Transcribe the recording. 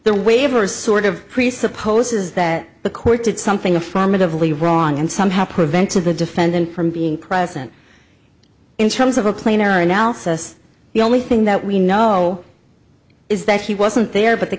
the waivers sort of presupposes that the court did something affirmatively wrong and somehow prevented the defendant from being present in terms of a plane or analysis the only thing that we know is that he wasn't there but the